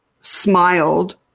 smiled